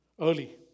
early